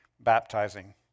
Baptizing